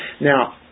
Now